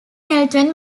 elton